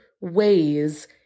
ways